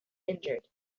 injured